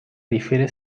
difiere